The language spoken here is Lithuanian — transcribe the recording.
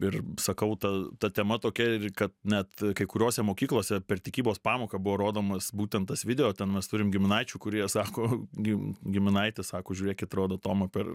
ir sakau ta ta tema tokia kad net kai kuriose mokyklose per tikybos pamoką buvo rodomas būtent tas video ten mes turim giminaičių kurie sako gim giminaitis sako žiūrėkit rodo tomą per